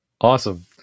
Awesome